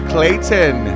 Clayton